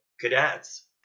cadets